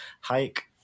hike